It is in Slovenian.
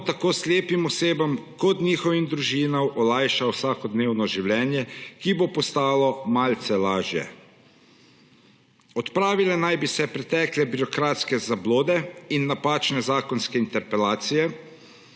bo tako slepim osebam kot njihovim družinam olajšal vsakodnevno življenje, ki bo postalo malce lažje. Odpravile naj bi se pretekle birokratske zablode in napačne zakonske interpelacije,